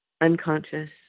unconscious